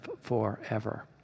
forever